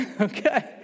Okay